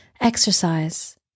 Exercise